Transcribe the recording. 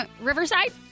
Riverside